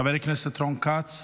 חבר הכנסת רון כץ,